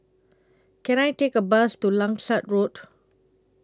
Can I Take A Bus to Langsat Road